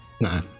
no